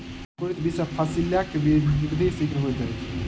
अंकुरित बीज सॅ फसीलक वृद्धि शीघ्र होइत अछि